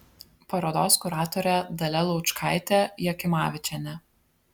parodos kuratorė dalia laučkaitė jakimavičienė